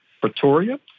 Pretoria